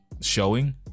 showing